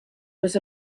was